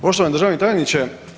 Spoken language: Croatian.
Poštovani državni tajniče.